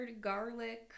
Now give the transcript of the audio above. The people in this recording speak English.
garlic